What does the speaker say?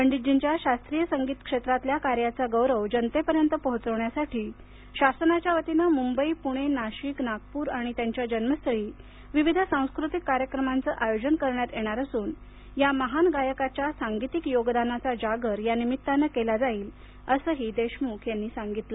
पंडितजींच्या शास्त्रीय संगीत क्षेत्रातल्या कार्याचा गौरव जनतेपर्यंत पोहोचवण्यासाठी शासनाच्या वतीनं मुंबई पुणे नाशिक नागपूर आणि त्यांच्या जन्मस्थळी विविध सांस्कृतिक कार्यक्रमांचं आयोजन करण्यात येणार असून या महान गायकाच्या सांगीतिक योगदानाचा जागर यानिमित्तानं केला जाईल असंही देशम्ख यांनी सांगितलं